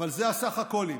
אבל זה הסך הכול.